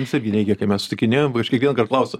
jis irgi neigia kai mes susitikinėjom ir kiekvienąkart klausiu